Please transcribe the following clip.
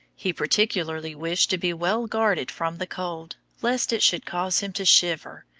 he particularly wished to be well guarded from the cold, lest it should cause him to shiver,